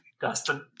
Dustin